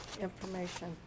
information